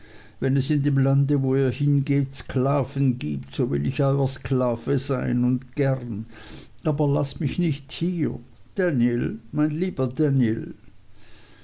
wenn es in dem lande wo ihr hingeht sklaven gibt so will ich euer sklave sein und gern aber laßt mich nicht hier daniel mein lieber daniel